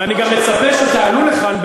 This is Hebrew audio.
אני גם מצפה שתעלו לכאן,